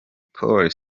pole